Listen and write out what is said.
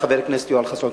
שהעלה חבר הכנסת יואל חסון.